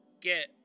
get